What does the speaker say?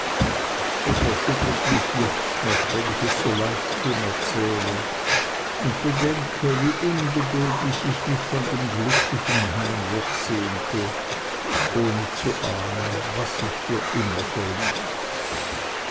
es erschüttert mich jetzt noch wenn ich es so leichthin erzähle und bedenke wie ungeduldig ich mich von dem glücklichen heim wegsehnte ohne zu ahnen was ich für immer verließ